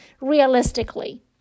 realistically